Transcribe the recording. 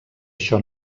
això